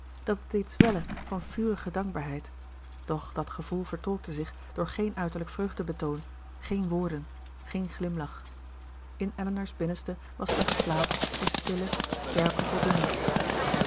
dat het deed zwellen van vurige dankbaarheid doch dat gevoel vertolkte zich door geen uiterlijk vreugdebetoon geen woorden geen glimlach in elinor's binnenste was slechts plaats voor stille sterke voldoening